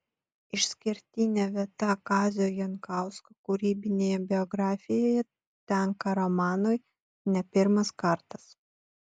išskirtinė vieta kazio jankausko kūrybinėje biografijoje tenka romanui ne pirmas kartas